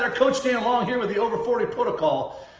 ah coach dan long here with the over forty protocol.